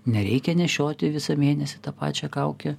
nereikia nešioti visą mėnesį tą pačią kaukę